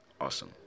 awesome